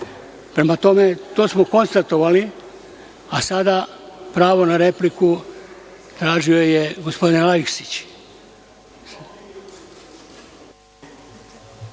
reda. Prema tome, to smo konstatovali, a sada pravo na repliku tražio je gospodin Aleksić.